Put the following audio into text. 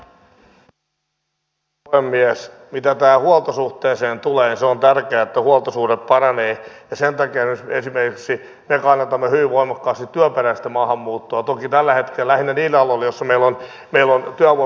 mitä tähän huoltosuhteeseen tulee niin se on tärkeää että huoltosuhde paranee ja sen takia esimerkiksi me kannatamme hyvin voimakkaasti työperäistä maahanmuuttoa toki tällä hetkellä lähinnä niille aloille joilla meillä on työvoimapulaa